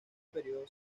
periodo